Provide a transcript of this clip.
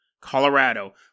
Colorado